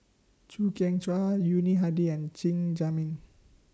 Chew Kheng Chuan Yuni Hadi and Chen Zhiming